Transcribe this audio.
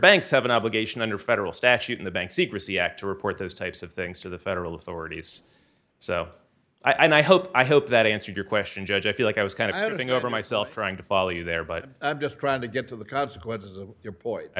banks have an obligation under federal statute in the bank secrecy act to report those types of things to the federal authorities so i hope i hope that answered your question judge i feel like i was kind of heading over myself trying to follow you there but i'm just trying to get to the consequences of your point i